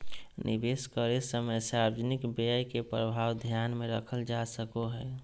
निवेश करे समय सार्वजनिक व्यय के प्रभाव ध्यान में रखल जा सको हइ